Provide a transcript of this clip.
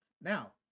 Now